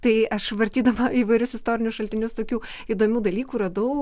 tai aš vartydama įvairius istorinius šaltinius tokių įdomių dalykų radau